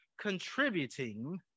contributing